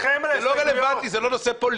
זה לא רלוונטי, זה לא נושא הדיון פה.